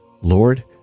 Lord